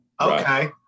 Okay